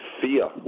fear